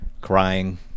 crying